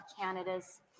Canada's